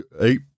eight